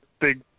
big